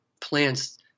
plants